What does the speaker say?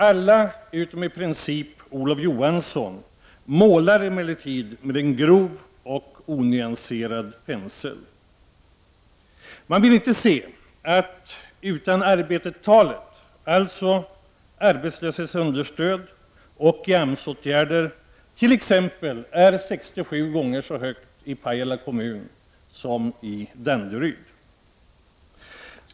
Alla, utom i princip Olof Johansson, målar emellertid med en grov och onyanserad pensel. Man vill inte se att ”utan-arbete”-talet, alltså siffran för arbetslöshetsunderstöd och AMS-åtgärder, t.ex. är 67 gånger högre i Pajala kommun än i Danderyd.